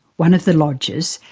one of the lodgers,